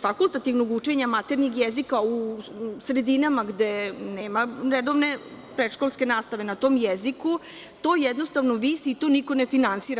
fakultativnog učenja maternjeg jezika u sredinama gde nema redovne predškolske nastave na tom jeziku, to jednostavno visi i to niko ne finansira.